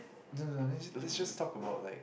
no no no let's let's just talk about like